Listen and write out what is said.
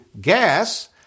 gas